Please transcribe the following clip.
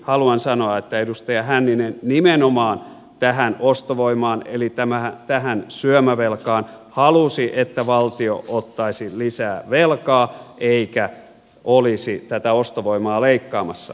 haluan sanoa että edustaja hänninen nimenomaan tähän ostovoimaan eli tähän syömävelkaan halusi valtion ottavan lisää velkaa eikä olevan tätä ostovoimaa leikkaamassa